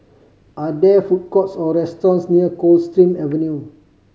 are there food courts or restaurants near Coldstream Avenue